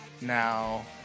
Now